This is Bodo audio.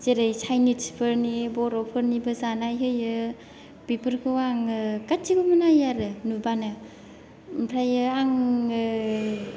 जेरै चाइनिसफोरनि बर'फोरनिबो जानाय होयो बेफोरखौ आङो गासैखौबो नायो आरो नुबानो ओमफ्रायो आङो